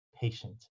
patient